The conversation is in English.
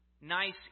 nice